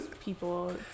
people